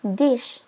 dish